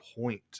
point